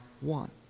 one